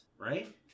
right